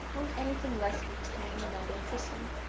won't anything less be tame and uninteresting?